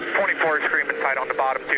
twenty four on the bottom,